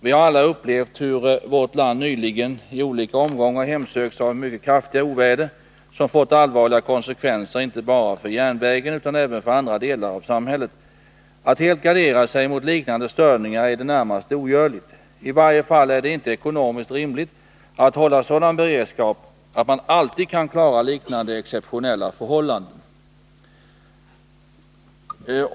Vi har alla upplevt hur vårt land nyligen i olika omgångar hemsökts av mycket kraftiga oväder, som fått allvarliga konsekvenser inte bara för järnvägen utan även för andra delar av samhället. Att helt gardera sig mot liknande störningar är i det närmaste ogörligt. I varje fall är det inte ekonomiskt rimligt att hålla sådan beredskap att man alltid kan klara liknande exceptionella förhållanden.